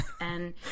and-